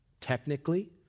technically